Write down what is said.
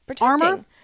armor